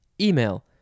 email